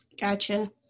Gotcha